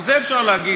גם את זה אפשר להגיד,